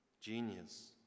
genius